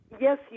yes